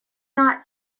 not